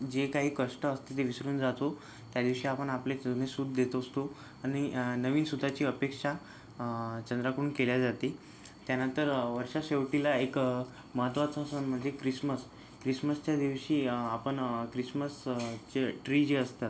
जे काही कष्ट असते ते विसरून जातो त्या दिवशी आपण आपले चरणी सूत देत असतो आणि नवीन सुताची अपेक्षा चंद्राकडून केल्या जाती त्यानंतर वर्षा शेवटीला एक महत्त्वाचा सण म्हणजे क्रिसमस क्रिसमसच्या दिवशी आपण क्रिसमसचे ट्री जे असतात